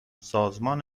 سازمان